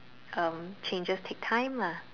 um changes take time lah